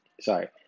sorry